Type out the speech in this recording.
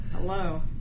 Hello